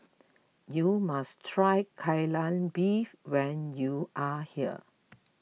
you must try Kai Lan Beef when you are here